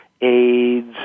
AIDS